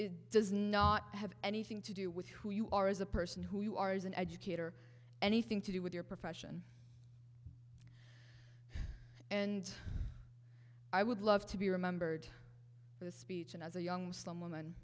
it does not have anything to do with who you are as a person who you are as an educator anything to do with your profession and i would love to be remembered this speech as a young s